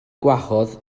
gwahodd